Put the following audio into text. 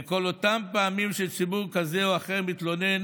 בכל אותן פעמים שציבור כזה או אחר מתלונן